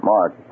Mark